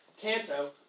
canto